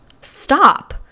stop